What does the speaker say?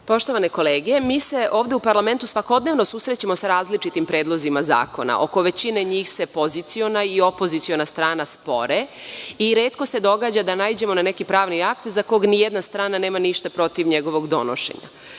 Poštovane kolege, mi se ovde u parlamentu svakodnevno susrećemo sa različitim predlozima zakona. Oko većine njih se poziciona i opoziciona strna spore, i retko se događa da naiđemo na neki pravni akt za kog ni jedna strana nema ništa protiv njegovog donošenja.